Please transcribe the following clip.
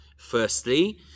Firstly